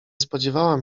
spodziewałam